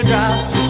Drops